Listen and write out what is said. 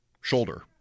shoulder